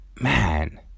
Man